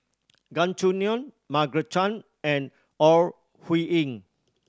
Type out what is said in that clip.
Gan Choo Neo Margaret Chan and Ore Huiying